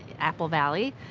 apple valley,